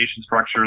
structure